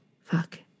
fuck